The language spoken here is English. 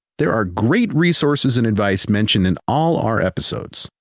there are great resources and advice mentioned in all our episodes.